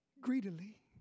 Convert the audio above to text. greedily